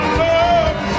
love